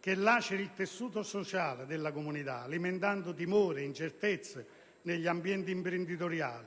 che lacera il tessuto sociale della comunità, alimentando timori e incertezze negli ambienti imprenditoriali,